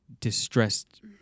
distressed